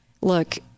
Look